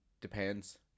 depends